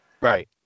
Right